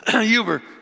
Uber